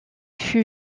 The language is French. fut